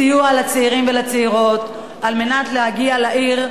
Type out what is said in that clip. סיוע לצעירים ולצעירות על מנת להגיע לעיר,